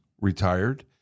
retired